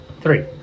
Three